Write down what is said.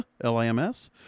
l-i-m-s